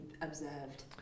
observed